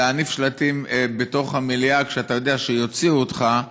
להניף שלטים בתוך המליאה כשאתה יודע שיוציאו אותך,